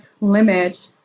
limit